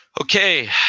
Okay